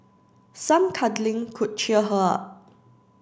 some cuddling could cheer her up